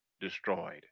destroyed